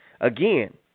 Again